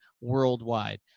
worldwide